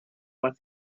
what